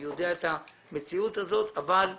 אני יודע את המציאות הזאת, אבל בסדר.